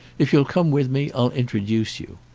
if you'll come with me, i'll introduce you.